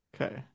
Okay